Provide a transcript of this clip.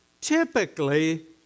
typically